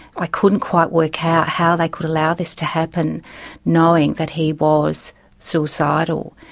i couldn't quite work out how they could allow this to happen knowing that he was suicidal.